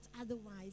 otherwise